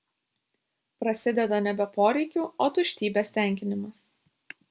prasideda nebe poreikių o tuštybės tenkinimas